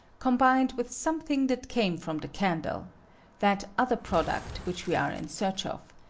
combined with something that came from the candlea that other product which we are in search of,